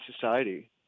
society